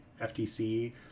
FTC